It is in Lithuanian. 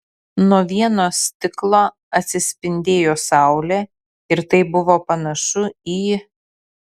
nuo vieno stiklo atsispindėjo saulė ir tai buvo panašu į